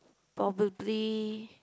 probably